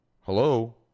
Hello